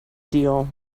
deal